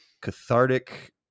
cathartic